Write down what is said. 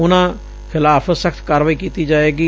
ਉਨੂੰ ਖਿਲਾਫ਼ ਸਖ਼ਤ ਕਾਰਵਾਈ ਕੀਤੀ ਜਾਏਗੀ